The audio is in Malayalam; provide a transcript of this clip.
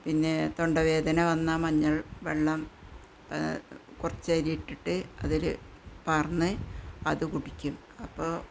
പിന്നെ തൊണ്ടവേദന വന്നാൽ മഞ്ഞൾ വെള്ളം കുറച്ച് അരിയിട്ടിട്ട് അതൊരു പാര്ന്ന് അത് കുടിക്കും അപ്പോൾ